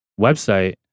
website